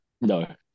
No